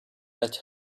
let